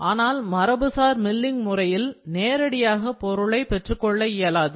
ஆனால் மரபுசார் மில்லிங் முறையில் நேரடியாக பொருளை பெற்றுக் கொள்ள இயலாது